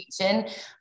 education